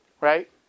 right